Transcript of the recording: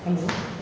hello